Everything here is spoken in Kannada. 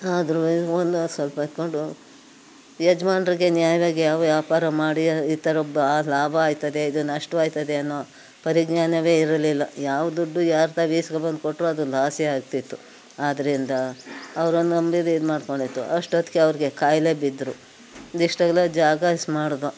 ಆದ್ರೂ ವನವಾಸ ಪಟ್ಕೊಂಡು ಯಜಮಾನ್ರಿಗೆ ನ್ಯಾಯವಾಗಿ ಯಾವ ವ್ಯಾಪಾರ ಮಾಡಿ ಈ ಥರ ಬ ಲಾಭ ಆಯ್ತದೆ ಇದು ನಷ್ಟ ಆಯ್ತದೆ ಅನ್ನೋ ಪರಿಜ್ಞಾನವೇ ಇರಲಿಲ್ಲ ಯಾವ ದುಡ್ಡು ಯಾರ ತಾವು ಈಸ್ಕೊಂಡ್ಬಂದು ಕೊಟ್ಟರು ಅದು ಲಾಸೆ ಆಗ್ತಿತ್ತು ಆದ್ದರಿಂದ ಅವ್ರನ್ನ ನಂಬಿ ಇದ್ಮಾಡ್ಕೊಂಡಿತ್ತು ಅಷ್ಟೊತ್ತಿಗೆ ಅವ್ರಿಗೆ ಕಾಯಿಲೆ ಬಿದ್ದರೂ ಎಷ್ಟೆಲ್ಲ ಜಾಗಾಸ್ ಮಾಡಿದೋ